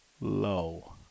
low